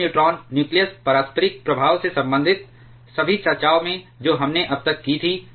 अब neutron nucleus पारस्परिक प्रभाव से संबंधित सभी चर्चाओं में जो हमने अब तक की थी